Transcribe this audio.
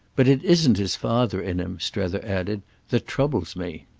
but it isn't his father in him, strether added, that troubles me.